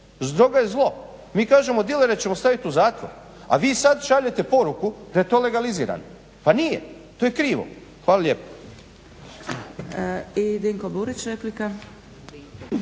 droga je zlo. Mi kažemo dilere ćemo staviti u zatvor a vi sada šaljete poruku da je to legalizirano. Pa nije, to je krivo. Hvala lijepo.